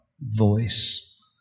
voice